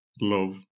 love